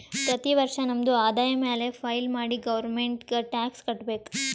ಪ್ರತಿ ವರ್ಷ ನಮ್ದು ಆದಾಯ ಮ್ಯಾಲ ಫೈಲ್ ಮಾಡಿ ಗೌರ್ಮೆಂಟ್ಗ್ ಟ್ಯಾಕ್ಸ್ ಕಟ್ಬೇಕ್